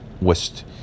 West